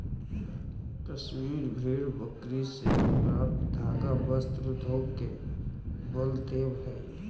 कश्मीरी भेड़ बकरी से प्राप्त धागा वस्त्र उद्योग के बल देवऽ हइ